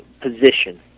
position